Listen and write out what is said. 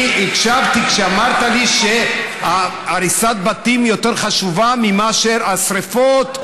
אני הקשבתי כשאמרת לי שהריסת בתים יותר חשובה מאשר השרפות.